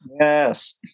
Yes